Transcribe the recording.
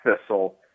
thistle